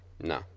No